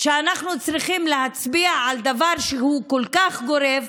שאנחנו צריכים להצביע על דבר שהוא כל כך גורף,